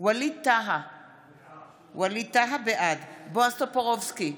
ווליד טאהא, בעד בועז טופורובסקי,